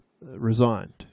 resigned